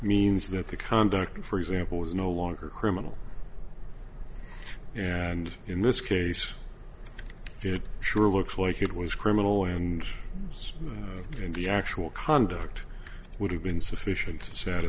means that the conduct for example is no longer criminal and in this case it sure looks like it was criminal and in the actual conduct would have been sufficient